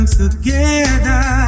together